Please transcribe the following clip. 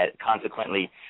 consequently